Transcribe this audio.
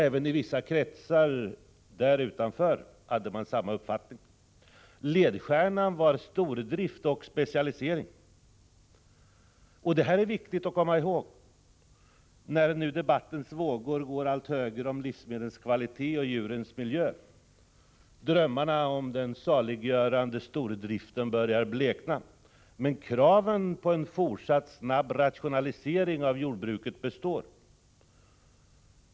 Även vissa kretsar där utanför hade samma uppfattning. Ledstjärnan var stordrift och specialisering. Det här är viktigt att komma ihåg när nu debattens vågor går allt högre om livsmedlens kvalitet och djurens miljö. Drömmarna om den saliggörande stordriften börjar blekna, men kraven på en fortsatt snabb rationalisering av jordbruket består.